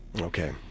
Okay